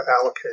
allocate